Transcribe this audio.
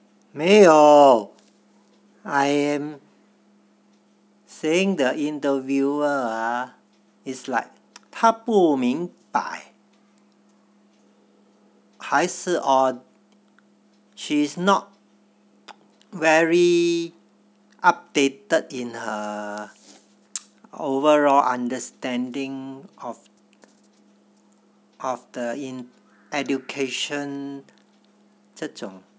没有 I am saying the interviewer ah is like 她不明白还是 or she's not very updated in her overall understanding of of the education 这种